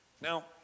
Now